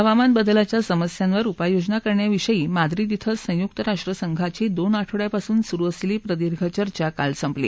हवामान बदलाच्या समस्यांवर उपाययोजना करण्याविषयी माद्रिद इथं संयुक राष्ट्रसंघाची दोन आठवङ्यांपासून सुरु असलेली प्रदीर्घ चर्चा काल संपली